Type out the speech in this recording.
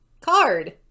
Card